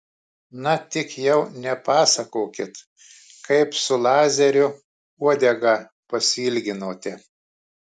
na tik jau nepasakokit kaip su lazeriu uodegą pasiilginote